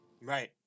Right